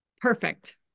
Perfect